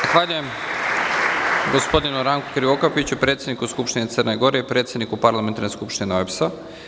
Zahvaljujem gospodinu Ranku Krivokapiću, predsedniku Skupštine Crne Gore i predsedniku Parlamentarne skupštine OEBS.